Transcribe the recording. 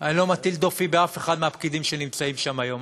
אני לא מטיל דופי באף אחד מהפקידים שנמצאים שם היום,